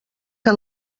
que